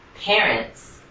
parents